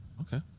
Okay